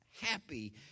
happy